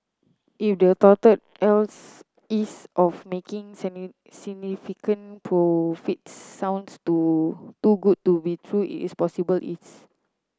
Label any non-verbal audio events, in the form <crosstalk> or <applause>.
if the touted else ease of making <unintelligible> significant profits sounds too too good to be true it possibly is